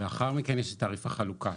לאחר מכן יש את תעריף החלוקה.